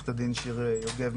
עורכת הדין שיר יוגב,